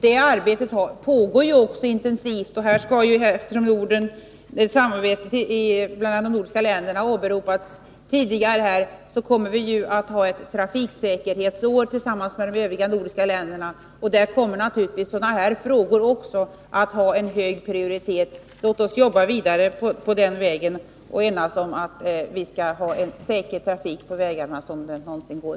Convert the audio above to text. Det arbetet pågår intensivt. Eftersom samarbetet mellan de nordiska länderna har åberopats här tidigare, vill jag påpeka att vi skall ha ett trafiksäkerhetsår tillsammans med övriga nordiska länder. Där kommer naturligtvis sådana här frågor också att haen hög prioritet. Låt oss jobba vidare på den vägen och enas om att vi skall ha en så säker trafik på vägarna som det någonsin går.